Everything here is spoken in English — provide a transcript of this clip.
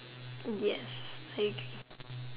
yes I agree